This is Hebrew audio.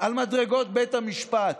על מדרגות בית המשפט,